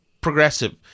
progressive